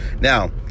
Now